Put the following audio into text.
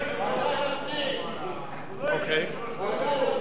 אין מתנגדים.